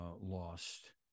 lost